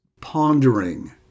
pondering